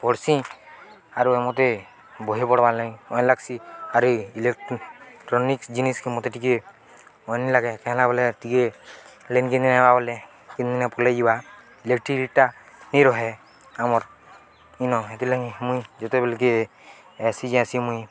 ପଢ଼୍ସି ଆରୁ ମୋତେ ବହି ପଢ଼୍ବାର୍ ଲାଗି ଭଲ ଲାଗ୍ସି ଆରି ଏ ଇଲେଟ୍ରୋନିକ୍ସ ଜିନିଷ୍କେ ମୋତେ ଟିକେ ମନ୍ ନାଇଁ ଲାଗେ କଲା ବୋଲେ ଟିକେ ଲେନ୍ କେନ୍ ନ ହେବା ବଲେ କେନ୍ ପଲେଇଯିବା ଇଲେକ୍ଟ୍ରିଟା ନାଇଁ ରହେ ଆମର୍ ଇନ ହେଥିଲା ମୁଇଁ ଯେତେବେଲେ କି ଆସି ଯାସି ମୁଇଁ